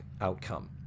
outcome